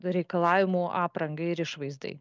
reikalavimų aprangai ir išvaizdai